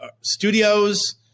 Studios